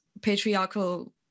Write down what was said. patriarchal